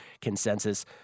consensus